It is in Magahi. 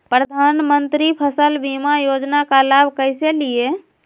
प्रधानमंत्री फसल बीमा योजना का लाभ कैसे लिये?